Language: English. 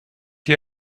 you